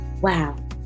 wow